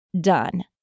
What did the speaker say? done